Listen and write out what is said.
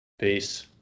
Peace